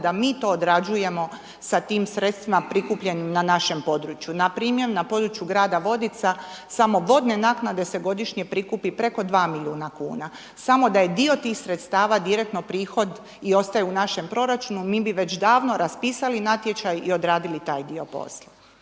da mi to odrađujemo s tim sredstvima prikupljenim na našem području. Npr. na području grada Vodica samo vodne naknade se godišnje prikupi preko 2 milijuna kuna. Samo da je dio tih sredstava direktno prihod i ostaje u našem proračunu, mi bi već davno raspisali natječaj i odradili taj dio posla.